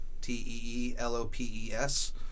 T-E-E-L-O-P-E-S